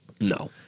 No